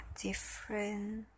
different